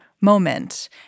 moment